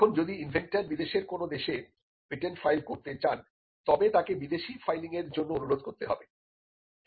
এখন যদি ইনভেন্টর বিদেশের কোন দেশে পেটেন্ট ফাইল করতে চান তবে তাকে বিদেশি ফাইলিংয়ের জন্য অনুরোধ করতে হবে